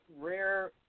rare